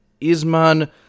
Isman